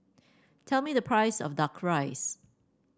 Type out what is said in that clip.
tell me the price of duck rice